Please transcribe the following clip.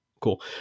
Cool